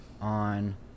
on